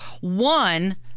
one